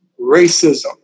racism